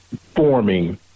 forming